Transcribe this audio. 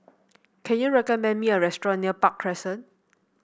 can you recommend me a restaurant near Park Crescent